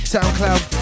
SoundCloud